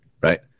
right